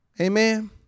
Amen